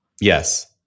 Yes